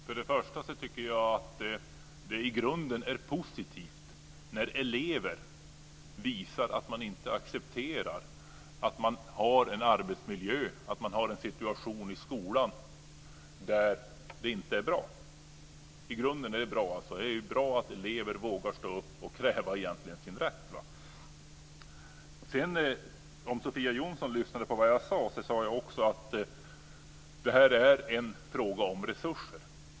Fru talman! Först och främst tycker jag att det i grunden är positivt när elever visar att de inte accepterar en arbetsmiljö och en situation i skolan som inte är bra. Det är bra att elever vågar stå upp och kräva sin rätt. Om Sofia Jonsson lyssnade på det som jag sade vet hon också att det här är en fråga om resurser.